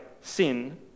sin